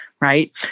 right